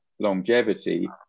longevity